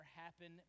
happen